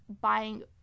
buying